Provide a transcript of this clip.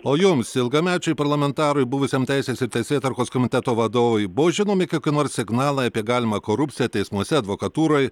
o jums ilgamečiui parlamentarui buvusiam teisės ir teisėtvarkos komiteto vadovui buvo žinomi kokie nors signalai apie galimą korupciją teismuose advokatūroj